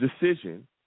decision